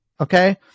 Okay